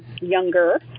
younger